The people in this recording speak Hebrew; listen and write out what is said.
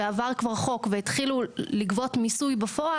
ועבר כבר חוק והתחילו לגבות מס בפעול,